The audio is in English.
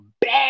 bad